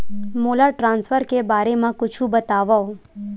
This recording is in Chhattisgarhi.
मोला ट्रान्सफर के बारे मा कुछु बतावव?